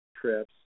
trips